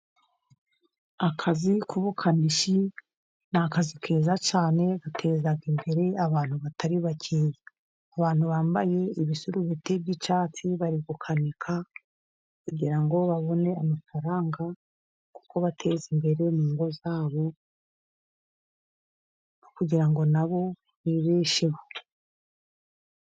Akazi k'ubukanishi ni akazi keza cyane, gateza imbere abantu batari bake. Abantu bambaye ibisurubeti by'icyatsi, bari gukanika kugira ngo babone amafaranga, yo kubateza imbere mu ngo zabo, kugira ngo nabo bibesheho.